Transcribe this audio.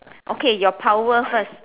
okay your power first